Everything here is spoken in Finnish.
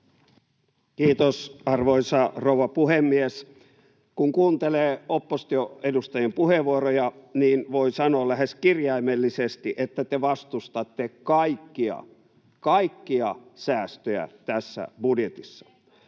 Kiitos, arvoisa rouva puhemies! Kun kuuntelee oppositioedustajien puheenvuoroja, niin voin sanoa lähes kirjaimellisesti, että te vastustatte kaikkia — kaikkia — säästöjä tässä budjetissa.